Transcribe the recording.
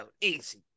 easy